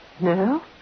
No